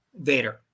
vader